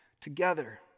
together